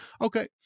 Okay